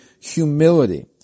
humility